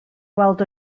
weld